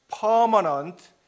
permanent